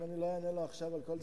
אם אני לא אענה לו עכשיו על כל דבר,